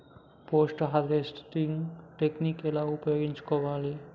Post harvesting technique ఎలా ఉపయోగించుకోవాలి?